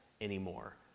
anymore